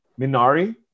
Minari